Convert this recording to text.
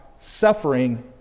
suffering